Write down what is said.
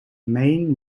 main